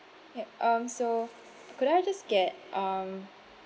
yup um so could I just get um